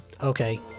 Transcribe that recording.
okay